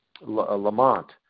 Lamont